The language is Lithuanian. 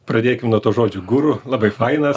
pradėkim nuo to žodžio guru labai fainas